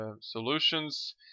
solutions